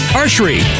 archery